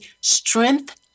strength